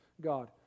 God